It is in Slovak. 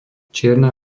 čierna